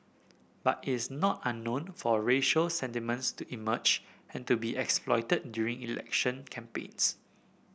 but is not unknown for racial sentiments to emerge and to be exploited during election campaigns